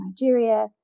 Nigeria